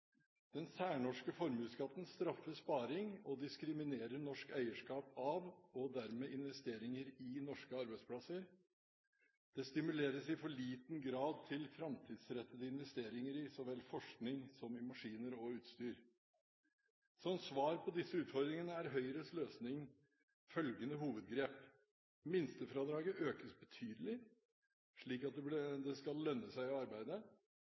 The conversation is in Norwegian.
Den særnorske formuesskatten straffer sparing og diskriminerer norsk eierskap av, og dermed investeringer i, norske arbeidsplasser. Det stimulerer i for liten grad til framtidsrettede investeringer i så vel forskning som maskiner og utstyr. Som svar på disse utfordringene er Høyres løsning følgende hovedgrep: Minstefradraget økes betydelig, slik at det skal lønne seg